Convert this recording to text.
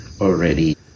already